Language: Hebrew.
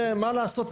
מה לעשות,